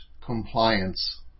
compliance